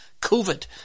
COVID